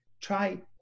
Try